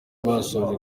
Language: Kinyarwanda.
basoje